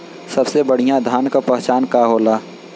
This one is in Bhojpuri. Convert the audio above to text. सबसे बढ़ियां धान का पहचान का होला?